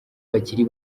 bakiri